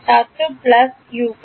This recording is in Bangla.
ছাত্র প্লাস U5